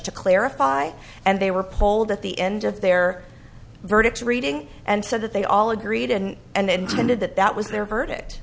to clarify and they were polled at the end of their verdicts reading and said that they all agreed in and intended that that was their verdict